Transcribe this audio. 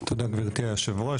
תודה גברתי היו"ר,